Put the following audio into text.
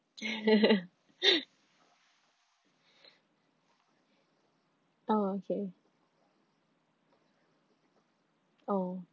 okay oh